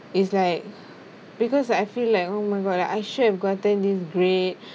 is like because I feel like oh my god I should have gotten this grade